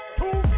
two